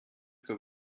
zur